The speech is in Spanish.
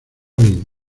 bien